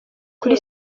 kuri